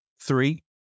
three